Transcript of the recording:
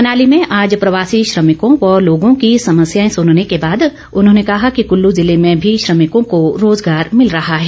मनाली में आज प्रवासी श्रमिकों व लोगों की समस्याए सुनने के बाद उन्होंने कहा कि कुल्लू ज़िले में भी श्रमिकों को रोजगार मिल रहा है